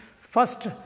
first